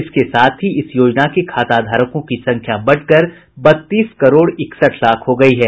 इसके साथ ही इस योजना के खाताधारकों की संख्या बढ़कर बत्तीस करोड़ इकसठ लाख हो गयी है